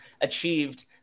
achieved